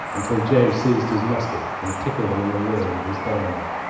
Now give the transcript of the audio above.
until joe seized his musket, and tickled them in the rear with his bayonet,